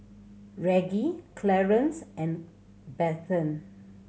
Reggie Clarance and Bethann